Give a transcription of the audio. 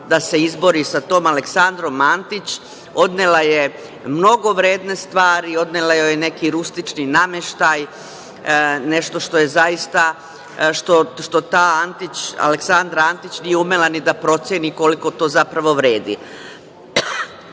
da se izbori sa tom Aleksandrom Antić, odnela je mnogo vredne stvari, odnela joj je neki rustični nameštaj, nešto što zaista ta Aleksandra Antić nije umela ni da proceni koliko to zapravo vredi. Ovaj